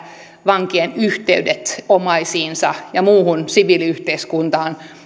vankien yhteydet omaisiinsa ja muuhun siviiliyhteiskuntaan